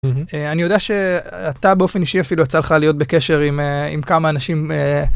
אני יודע שאתה באופן אישי אפילו יצא לך להיות בקשר עם כמה אנשים.